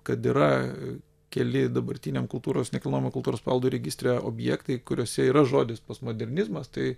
kad yra keli dabartiniam kultūros nekilnojamo kultūros paveldo registre objektai kuriuose yra žodis postmodernizmas tai